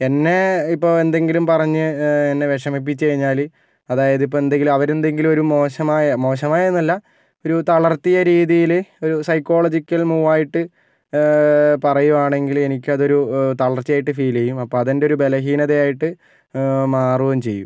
എന്നെ ഇപ്പോൾ എന്തെങ്കിലും പറഞ്ഞ് എന്നെ വിഷമിപ്പിച്ചു കഴിഞ്ഞാല് അതായത് ഇപ്പം എന്തെങ്കിലും അവര് എന്തെങ്കിലും ഒരു മോശമായ മോശമായെന്നല്ല ഒരു തളർത്തിയ രീതിയില് ഒരു സൈക്കോളജിക്കൽ മൂവായിട്ട് പറയുവാണെങ്കില് എനിക്കതൊരു തളർച്ചയായിട്ട് ഫീല് ചെയ്യും അപ്പം അതെൻ്റെയൊരു ബലഹീനതയായിട്ട് മാറുകയും ചെയ്യും